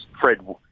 Fred